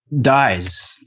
dies